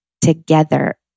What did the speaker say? together